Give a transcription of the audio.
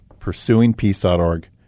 Pursuingpeace.org